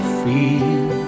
feel